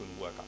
work